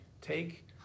take